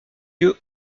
lieux